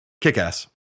kick-ass